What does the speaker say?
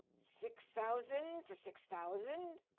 six thousand? for six thousand?